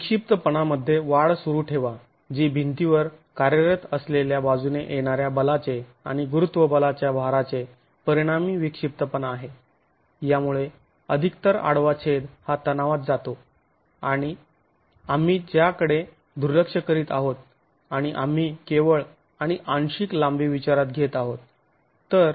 विक्षिप्तपणा मध्ये वाढ सुरू ठेवा जी भिंतीवर कार्यरतअसलेल्या बाजूने येणाऱ्या बलाचे आणि गुरुत्वबलाच्या भाराचे परिणामी विक्षिप्तपणा आहे यामुळे अधिकतर आडवा छेद हा तणावात जातो आम्ही त्याकडे दुर्लक्ष करीत आहोत आणि आम्ही केवळ आणि आंशिक लांबी विचारात घेत आहोत